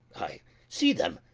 i see them,